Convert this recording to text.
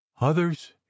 others